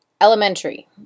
elementary